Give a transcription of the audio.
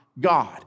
God